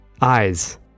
eyes